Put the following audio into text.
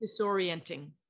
disorienting